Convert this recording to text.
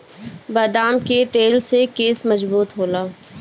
बदाम के तेल से केस मजबूत होला